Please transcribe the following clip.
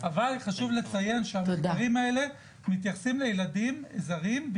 אבל חשוב לציין שהמחקרים האלה מתייחסים לילדים זרים,